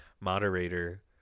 moderator